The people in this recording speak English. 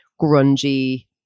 grungy